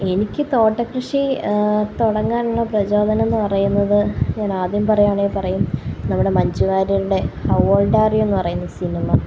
എനിക്ക് തോട്ടകൃഷി തുടങ്ങാനുള്ള പ്രചോദനം എന്ന് പറയുന്നത് ഞാന് ആദ്യം പറയുവാണേല് പറയും നമ്മുടെ മഞ്ജൂ വാര്യരുടെ ഹൗ ഓള്ഡ് ആര് യൂ എന്ന് പറയുന്ന സിനിമ